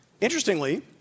Interestingly